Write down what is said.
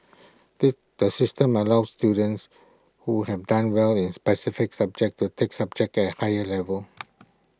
the the system allows students who have done well in specific subjects to take subject at higher level